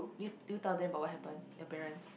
do you do you tell them about what happen your parents